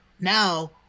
now